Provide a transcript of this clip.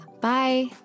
Bye